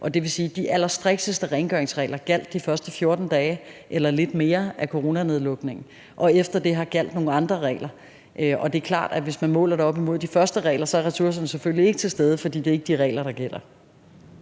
Det vil sige, at de allerstrikteste rengøringsregler gjaldt de første 14 dage eller lidt mere af coronanedlukningen. Derefter gjaldt nogle andre regler. Og det er klart, at hvis man måler det op imod de første regler, er ressourcerne selvfølgelig ikke til stede, for det er ikke de regler, der gælder.